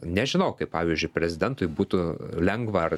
nežinau kaip pavyzdžiui prezidentui būtų lengva ar